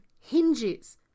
hinges